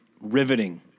Riveting